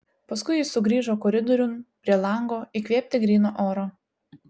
paskui jis sugrįžo koridoriun prie lango įkvėpti gryno oro